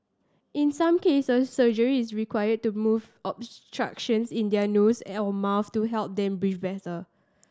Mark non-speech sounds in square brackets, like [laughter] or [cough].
in some cases surgery is required to move obstructions in their nose [unintelligible] mouth to help them breathe better